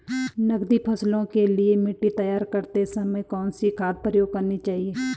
नकदी फसलों के लिए मिट्टी तैयार करते समय कौन सी खाद प्रयोग करनी चाहिए?